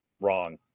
wrong